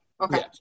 Okay